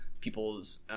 people's